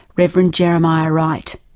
reverend jeremiah wright.